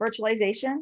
virtualization